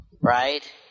right